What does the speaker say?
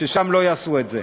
שם לא יעשו את זה,